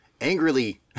angrily